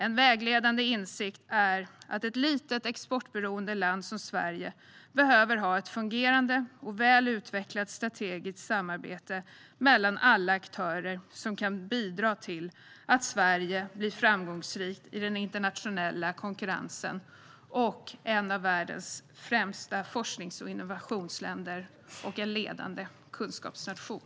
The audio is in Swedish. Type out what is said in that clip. En vägledande insikt är att ett litet, exportberoende land som Sverige behöver ha ett fungerande och väl utvecklat strategiskt samarbete mellan alla aktörer, som kan bidra till att Sverige blir framgångsrikt i den internationella konkurrensen som ett av världens främsta forsknings och innovationsländer och en ledande kunskapsnation.